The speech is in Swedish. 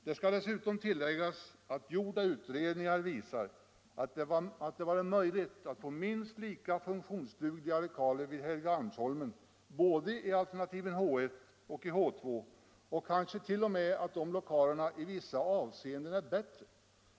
Det skall dessutom tilläggas att gjorda utredningar visar att det är möjligt att få minst lika funktionsdugliga lokaler på Helgeandsholmen både enligt alternativet H 1 och alternativet H 2 — kanske t.o.m. de lokalerna i vissa avseenden är bättre.